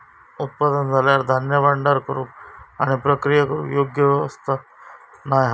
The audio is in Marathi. उत्पादन झाल्यार धान्य भांडार करूक आणि प्रक्रिया करूक योग्य व्यवस्था नाय हा